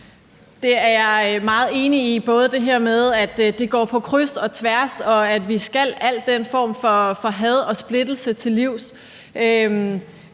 Det er jeg meget enig i, både det her med, at det går på kryds og tværs, og at vi skal al den form for had og splittelse til livs.